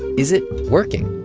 is it working?